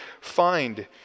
find